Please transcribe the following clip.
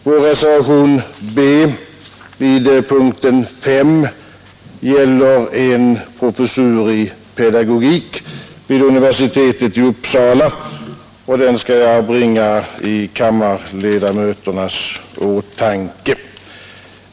Vår reservation B vid punkten 5 gäller en professur i pedagogik vid universitetet i Uppsala, och den skall jag bringa i kammarledamöternas åtanke.